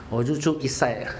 我就是住 east side